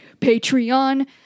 Patreon